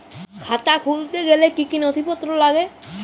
খাতা খুলতে গেলে কি কি নথিপত্র লাগে?